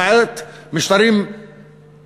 למעט משטרים מיליטריסטיים,